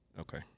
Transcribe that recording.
Okay